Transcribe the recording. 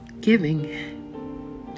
giving